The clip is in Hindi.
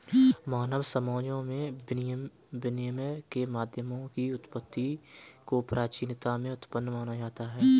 मानव समाजों में विनिमय के माध्यमों की उत्पत्ति को प्राचीनता में उत्पन्न माना जाता है